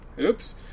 oops